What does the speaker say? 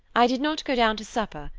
i did not go down to supper,